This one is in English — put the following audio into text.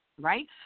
right